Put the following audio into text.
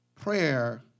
Prayer